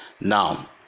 now